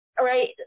right